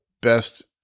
best